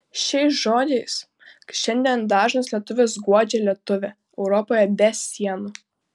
šiais žodžiais šiandien dažnas lietuvis guodžia lietuvį europoje be sienų